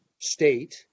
state